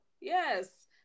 Yes